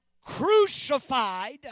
crucified